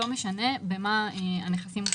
לא משנה במה הנכסים מושקעים.